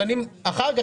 בשנים אחר כך,